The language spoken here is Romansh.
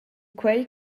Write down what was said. quei